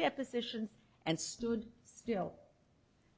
depositions and stood still